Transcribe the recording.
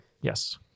Yes